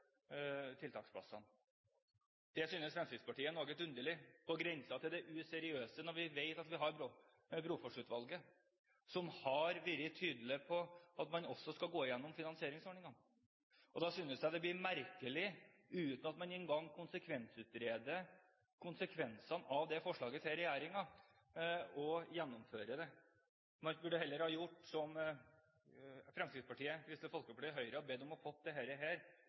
synes Fremskrittspartiet er noe underlig og på grensen til det useriøse når vi vet at Brofoss-utvalget har vært tydelig på at man skal gå gjennom finansieringsordningene. Det synes jeg blir merkelig, at man uten engang å konsekvensutrede forslaget fra regjeringen gjennomfører det. Man burde heller ha gjort som Fremskrittspartiet, Kristelig Folkeparti og Høyre og bedt om å få dette konsekvensutredet og sett det